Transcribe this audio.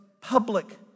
public